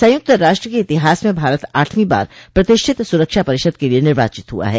संयुक्त राष्ट्र के इतिहास में भारत आठवीं बार प्रतिष्ठित सुरक्षा परिषद के लिए निर्वाचित हुआ है